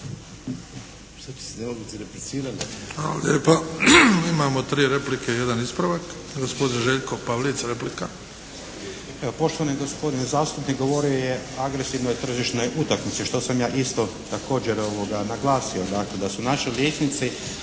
Hvala vam lijepa. Imamo tri replike i jedan ispravak. Gospodin Željko Pavlic replika. **Pavlic, Željko (MDS)** Poštovani gospodin zastupnik govorio je o agresivnoj tržišnoj utakmici što sam ja isto također naglasio. Dakle, da su naši liječnici